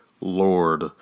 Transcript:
Lord